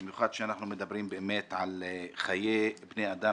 במיוחד שאנחנו מדברים באמת על חיי בני אדם,